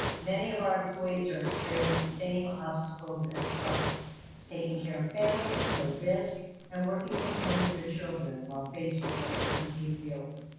many of our employees are experiencing the same obstacles as far taking care of families who are at risk and working from home with their children while faced with the uncertainty of reopening.